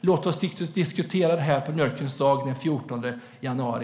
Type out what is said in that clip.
Låt oss diskutera frågan på Mjölkens dag den 14 januari.